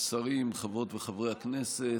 השרים, חברות וחברי הכנסת,